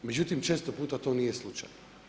Međutim, često puta to nije slučaj.